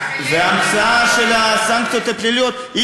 ההמצאה של הסנקציות הפליליות,